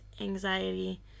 anxiety